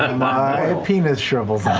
and my penis shrivels